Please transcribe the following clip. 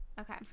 okay